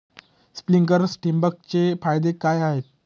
Sprinklers ठिबक चे फायदे काय होतात?